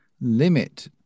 limit